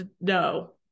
no